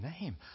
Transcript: name